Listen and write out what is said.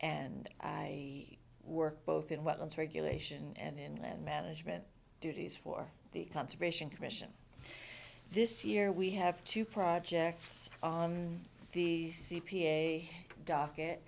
and i work both in wetlands regulation and in management duties for the conservation commission this year we have two projects on the c p a docket